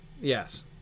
yes